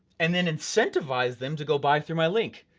and then incentivize them to go buy through my link,